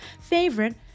favorite